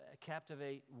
Captivate